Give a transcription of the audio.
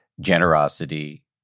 generosity